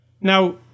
now